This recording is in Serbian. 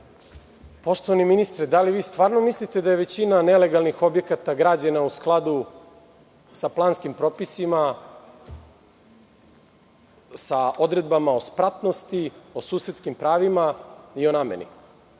ministre, da li vi stvarno mislite da je većina nelegalnih objekata građena u skladu sa planskim propisima sa odredbama o spratnosti, o susetskim pravima i o nameni.